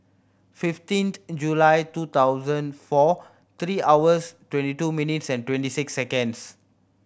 fifteenth July two thousand four three hours twenty two minutes and twenty six seconds